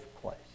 place